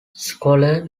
scholar